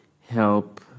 help